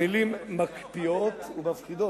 המלים מקפיאות ומפחידות.